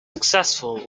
successful